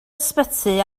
ysbyty